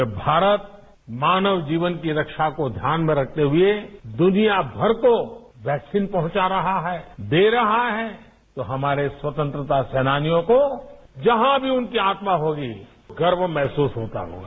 जब भारत मानव जीवन की रक्षा को ध्यान में रखते हुए दुनियाभर को वैक्सीन पहुंचा रहा है दे रहा है तो हमारे स्वतंत्रता सेनानियों को जहां भी उनकी आत्मा होगी गर्व महसूस होता होगा